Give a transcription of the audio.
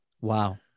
Wow